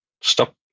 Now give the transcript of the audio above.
Stop